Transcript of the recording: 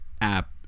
app